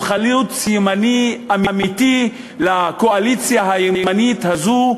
הוא חלוץ ימני אמיתי לקואליציה הימנית הזאת.